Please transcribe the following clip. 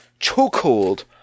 chokehold